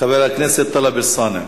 חבר הכנסת טלב אלסאנע.